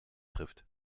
trifft